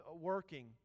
working